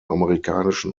amerikanischen